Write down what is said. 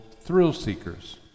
thrill-seekers